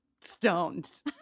stones